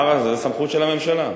זאת הסמכות של הממשלה.